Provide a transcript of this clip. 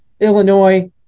Illinois